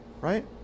Right